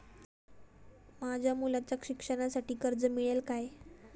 माझ्या मुलाच्या शिक्षणासाठी कर्ज मिळेल काय?